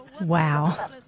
Wow